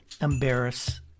embarrass